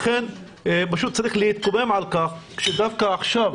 לכן צריך להתקומם על כך שדווקא עכשיו